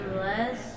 less